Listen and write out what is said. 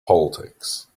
politics